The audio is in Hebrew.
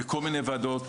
בכל מיני ועדות.